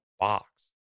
box